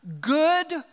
Good